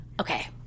Okay